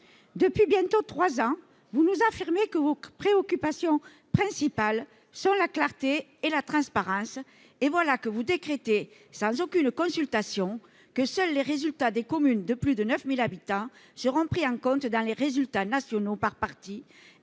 Depuis bientôt trois ans, vous nous affirmez que vos préoccupations principales sont la clarté et la transparence, et voilà que vous décrétez, sans aucune consultation, que seuls les résultats des communes de plus de 9 000 habitants seront pris en compte dans les résultats nationaux par parti,